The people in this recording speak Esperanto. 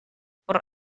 por